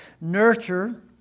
Nurture